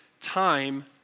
time